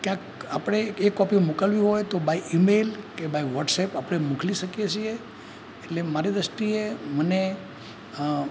ક્યાંક આપણે એ કૉપી મોકલવી હોય તો બાય ઈમેલ કે બાય વૉટ્સએપ આપણે મોકલી શકીએ છીએ એટલે મારી દૃષ્ટિએ મને